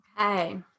okay